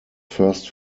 first